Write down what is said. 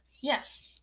Yes